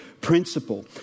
principle